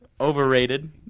Overrated